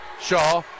Shaw